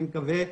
אני מקווה,